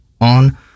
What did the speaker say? on